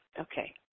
Okay